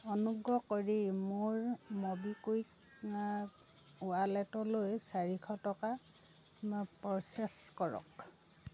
অনুগ্ৰহ কৰি মোৰ ম'বিকুইকৰ ৱালেটলৈ চাৰিশ টকা প্ৰ'চেছ কৰক